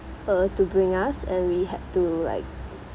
uh to bring us and we had to like